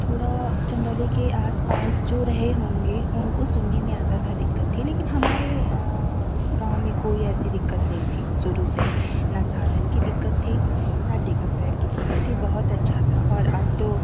थोड़ा चन्दौली के आसपास जो रहे होंगे उनको सुनने में आता था दिक्कत थी लेकिन हमारे गाँव में कोई ऐसी दिक्कत नहीं थी शुरू से ही ना साधन की दिक्कत थी ना टीकाकरण की दिक्कत थी बहुत अच्छा था और अब तो